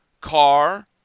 car